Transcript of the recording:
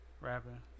Rapping